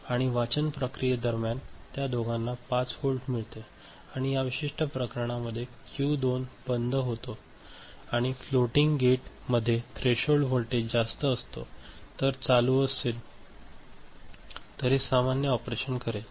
आणि वाचन प्रक्रियेदरम्यान त्या दोघांना 5 व्होल्ट मिळते आणि या विशिष्ट प्रकरणामध्ये क्यू 2 बंद होतो आणि फ्लोटिंग गेट मध्ये थ्रेशोल्ड व्होल्टेज जास्त असतो जर चालू असेल तर हे सामान्य ऑपरेशन असेल